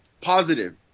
Positive